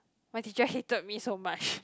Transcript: my teacher hated me so much